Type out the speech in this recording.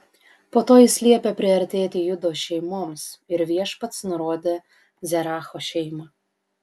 po to jis liepė priartėti judo šeimoms ir viešpats nurodė zeracho šeimą